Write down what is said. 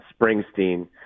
Springsteen